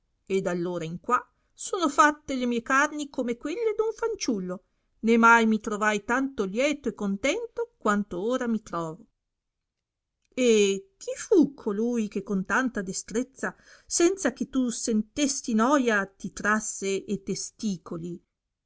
dall ora in qua sono fatte le mie carni come quelle d un fanciullo né mai mi trovai tanto lieto e contento quanto ora mi trovo e chi fu colui che con tanta destrezza senza che tu sentesti noja ti trasse e testicoli